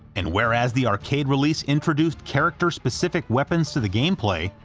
and whereas the arcade release introduced character-specific weapons to the gameplay,